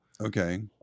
Okay